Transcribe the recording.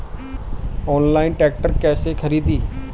Online tractor कैसे खरदी?